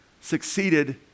succeeded